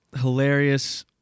hilarious